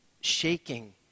shaking